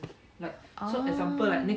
oh